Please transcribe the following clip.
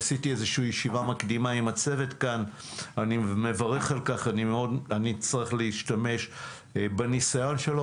קיימתי ישיבה מקדימה עם הצוות כאן ואני אצטרך להשתמש בניסיון שלו.